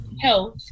health